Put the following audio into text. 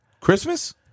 Christmas